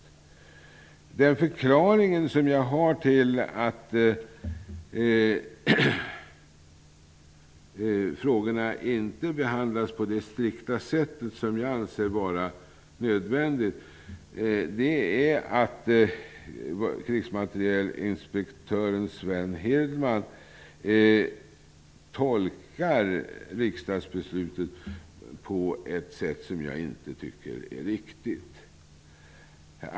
Den förklaring som jag har till att frågorna inte behandlas på det strikta sätt som jag anser vara nödvändigt är att krigsmaterielinspektören Sven Hirdman tolkar riksdagsbeslutet på ett sätt som jag inte tycker är riktigt.